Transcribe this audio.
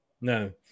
No